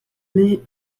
mes